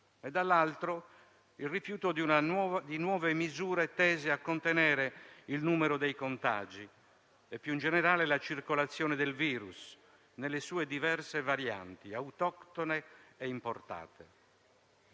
e dall'altro il rifiuto di nuove misure tese a contenere il numero dei contagi e, più in generale, la circolazione del virus nelle sue diverse varianti, autoctone e importate.